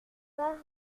pas